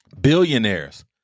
billionaires